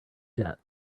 jet